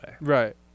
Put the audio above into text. Right